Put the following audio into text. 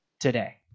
today